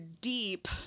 deep